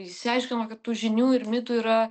išsiaiškino kad tų žinių ir mitų yra